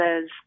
says